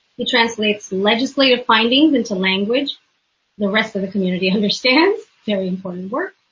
he translates legislative findings into language the rest of the community understands. very important work.